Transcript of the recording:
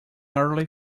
early